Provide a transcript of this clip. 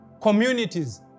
communities